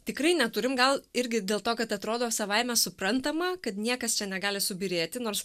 tikrai neturim gal irgi dėl to kad atrodo savaime suprantama kad niekas čia negali subyrėti nors